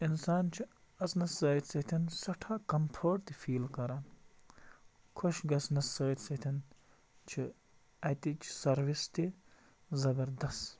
اِنسان چھُ اَژنَس سۭتۍ سۭتٮ۪ن سٮ۪ٹھاہ کَمفٲرٹ تہِ فیٖل کَران خۄش گژھنَس سۭتۍ سۭتٮ۪ن چھِ اَتِچ سٔروِس تہِ زبردس